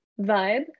vibe